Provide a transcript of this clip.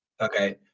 Okay